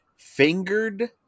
Fingered